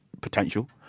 potential